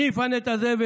מי יפנה את הזבל?